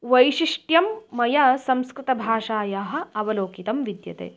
वैशिष्ट्यं मया संस्कृतभाषायाः अवलोकितं विद्यते